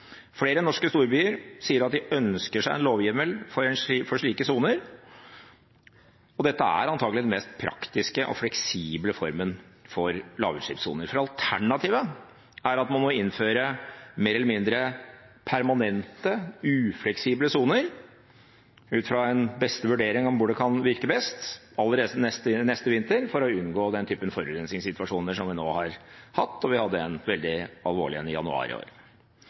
Flere norske storbyer sier at de ønsker seg en lovhjemmel for slike soner, og dette er antakelig den mest praktiske og fleksible formen for lavutslippssoner, for alternativet er at man må innføre mer eller mindre permanente, ufleksible soner ut fra en vurdering av hvor det kan virke best, allerede neste vinter for å unngå den typen forurensningssituasjoner som vi nå har hatt, og vi hadde en veldig alvorlig situasjon i januar i år.